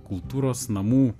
kultūros namų